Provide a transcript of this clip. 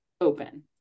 open